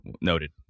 noted